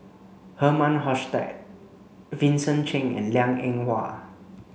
Herman Hochstadt Vincent Cheng and Liang Eng Hwa